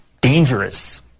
dangerous